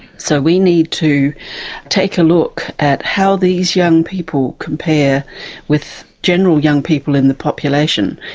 so we need to take a look at how these young people compare with general young people in the population.